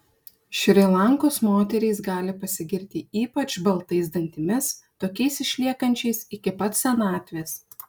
šri lankos moterys gali pasigirti ypač baltais dantimis tokiais išliekančiais iki pat senatvės